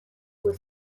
was